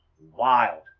wild